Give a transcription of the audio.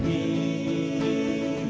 the